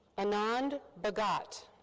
anand bhagat.